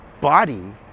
body